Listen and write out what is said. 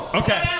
okay